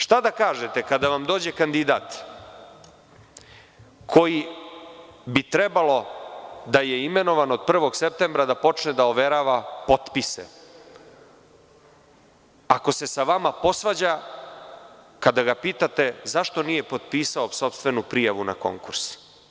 Šta da kažete kada vam dođe kandidat koji bi trebalo da je imenovan od 1. septembra da počne da overava potpise, ako se sa vama posvađa kada ga pitate zašto nije potpisao sopstvenu prijavu na konkursu?